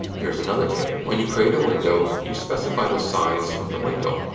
here's another tip when you create a window, you specify the size of the window.